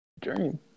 Dream